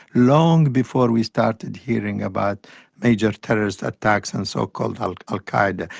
long before we started hearing about major terrorist attacks and so-called al al qaeda.